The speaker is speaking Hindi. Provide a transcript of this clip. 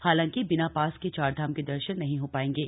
हालांकि बिना पास के चारधाम के दर्शन नहीं हो पायेंगे